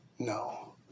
No